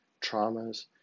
traumas